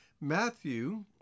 Matthew